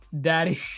Daddy